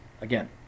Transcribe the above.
Again